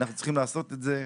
אנחנו צריכים לעשות את זה.